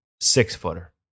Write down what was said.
six-footer